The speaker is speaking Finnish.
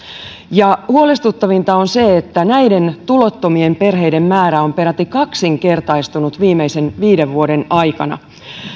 ja huolestuttavinta on se että näiden tulottomien perheiden määrä on peräti kaksinkertaistunut viimeisen viiden vuoden aikana